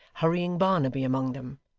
hurrying barnaby among them.